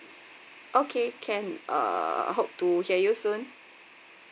okay can uh hope to hear you soon